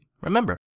remember